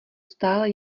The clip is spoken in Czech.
stále